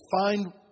find